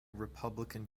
republican